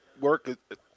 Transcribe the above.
work